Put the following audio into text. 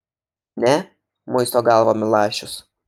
ne muisto galvą milašius